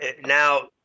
now